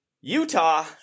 Utah